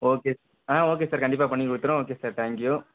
okay ah okay sir கண்டிப்பாக பண்ணி விட்டுர்றோம் ஓகே சார் தேங்க் யூ